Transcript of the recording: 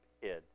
hid